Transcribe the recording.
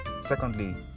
Secondly